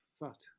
fat